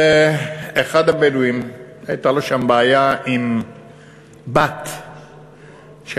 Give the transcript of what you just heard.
ואחד הבדואים שם הייתה לו בעיה עם בת חולה,